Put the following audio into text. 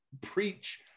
preach